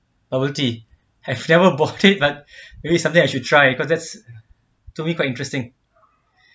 bubble tea have never bought it but maybe some day I should try cause that's to me quite interesting